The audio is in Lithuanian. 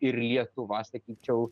ir lietuva sakyčiau